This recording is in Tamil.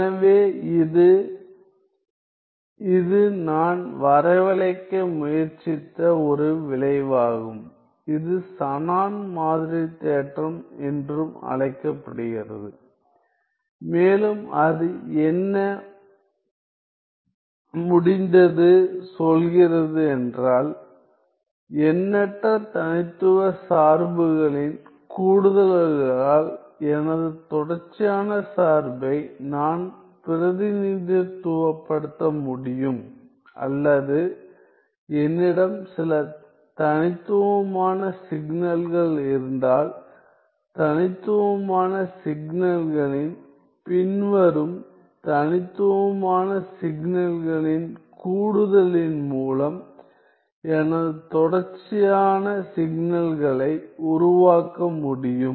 எனவே இது இது நான் வரவழைக்க முயற்சித்த ஒரு விளைவாகும் இது ஷானன் மாதிரி தேற்றம் என்றும் அழைக்கப்படுகிறது மேலும் அது என்ன முடிந்தது சொல்கிறது என்றால் எண்ணற்ற தனித்துவமான சார்புகளின் கூடுதல்களால் எனது தொடர்ச்சியான சார்பை நான் பிரதிநிதித்துவப்படுத்த முடியும் அல்லது என்னிடம் சில தனித்துவமான சிக்னல்கள் இருந்தால் தனித்துவமான சிக்னல்களின் பின்வரும் தனித்துவமான சிக்னல்களின் கூடுதலின் மூலம் எனது தொடர்ச்சியான சிக்னலை உருவாக்க முடியும்